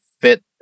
fit